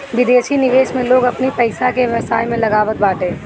विदेशी निवेश में लोग अपनी पईसा के व्यवसाय में लगावत बाटे